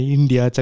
India